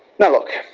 now, look,